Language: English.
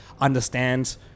understand